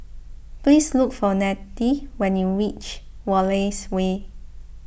please look for Nettie when you reach Wallace Way